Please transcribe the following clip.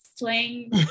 slang